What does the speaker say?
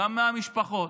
גם מהמשפחות,